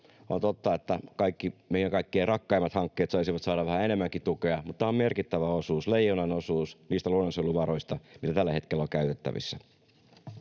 On totta, että meidän kaikkein rakkaimmat hankkeet saisivat saada vähän enemmänkin tukea, mutta tämä on merkittävä osuus, leijonanosuus, niistä luonnonsuojeluvaroista, mitä tällä hetkellä on käytettävissä.